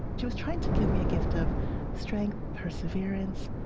she was trying to give me a gift of strength, perseverance,